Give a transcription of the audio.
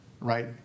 right